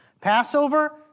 Passover